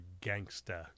gangster